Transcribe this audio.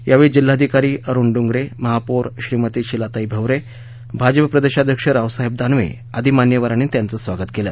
यावेळी जिल्हाधिकारी अरुण डोंगरे महापौर श्रीमती शिलाताई भवरे भाजप प्रदेशाध्यक्ष रावसाहेब दानवे आदि मान्यवरांनी त्यांचं स्वागत केलं